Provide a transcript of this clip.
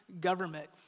government